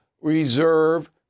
reserve